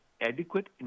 adequate